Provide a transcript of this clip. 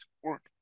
support